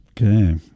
Okay